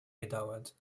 gedauert